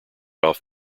off